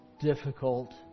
difficult